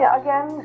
again